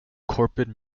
corporate